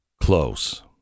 close